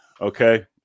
okay